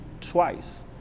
twice